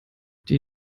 die